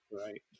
Right